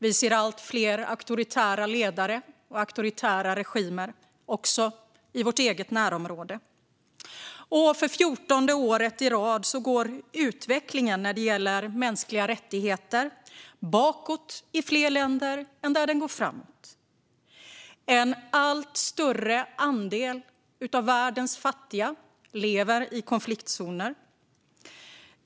Vi ser allt fler auktoritära ledare och auktoritära regimer, också i vårt eget närområde. För 14:e året i rad går också utvecklingen när det gäller mänskliga rättigheter bakåt i fler länder än där den går framåt. En allt större andel av världens fattiga lever i konfliktzoner.